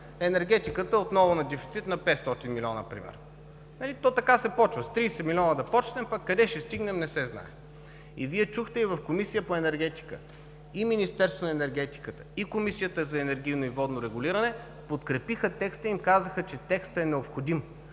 енергетиката е отново на дефицит на 500 милиона, примерно? Нали, то така се почва – с 30 милиона да почнем, пък къде ще стигнем не се знае. Вие чухте и в Комисията по енергетика, и Министерството на енергетиката, и Комисията за енергийно и водно регулиране подкрепиха текста и им казаха, че текстът е необходим.